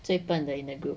最夯的 in a group